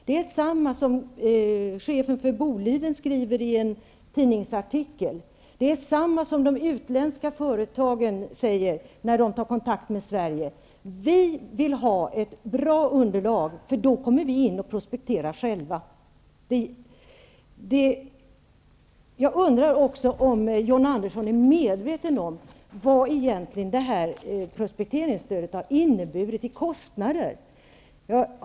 Det är detsamma som chefen för Boliden skriver i en tidningsartikel, det är detsamma som de utländska företagen säger när de tar kontakt med Sverige: Vi vill ha ett bra underlag -- då kommer vi in och prospekterar själva. Jag undrar också om John Andersson är medveten om vad prospekteringsstödet har inneburit i kostnader.